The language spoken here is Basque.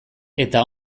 eta